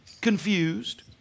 Confused